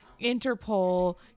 Interpol